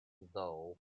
though